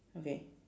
okay